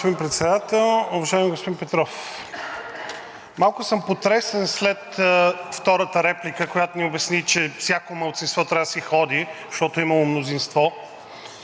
Малко съм потресен след втората реплика, която ми обясни, че всяко малцинство трябва да си ходи, защото имало мнозинство.